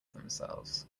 themselves